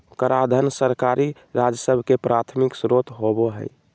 कराधान सरकारी राजस्व के प्राथमिक स्रोत होबो हइ